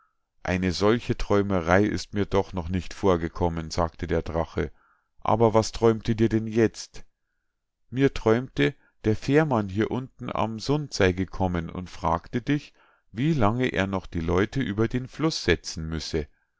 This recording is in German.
eine solche träumerei ist mir doch noch nicht vorgekommen sagte der drache aber was träumte dir denn jetzt mir träumte der fährmann hier unten am sund sei gekommen und fragte dich wie lange er noch die leute über den fluß setzen müsse